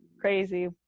crazy